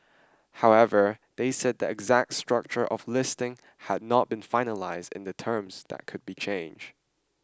however they said the exact structure of listing had not been finalised and the terms that could be change